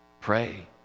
pray